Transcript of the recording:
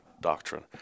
doctrine